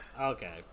Okay